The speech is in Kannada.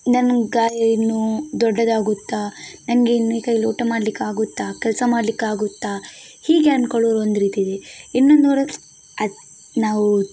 ನನ್ನ ಗಾಯ ಇನ್ನೂ ದೊಡ್ಡದಾಗುತ್ತಾ ನನಗೆ ಇನ್ನೂ ಈ ಕೈಲಿ ಊಟ ಮಾಡಲಿಕ್ಕಾಗುತ್ತಾ ಕೆಲಸ ಮಾಡಲಿಕ್ಕಾಗುತ್ತಾ ಹೀಗೆ ಅಂದ್ಕೊಳ್ಳೋರು ಒಂದು ರೀತಿ ಇದೆ ಇನ್ನು ನೋಡಿ ಅದು ನಾವು